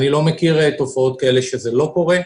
אני לא מכיר תופעות שזה לא קורה.